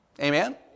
Amen